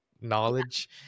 knowledge